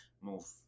move